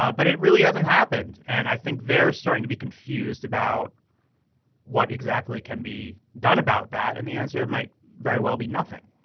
but it really hasn't happened and i think they're starting to be confused about what exactly can be done about that and the answer might very well be nothing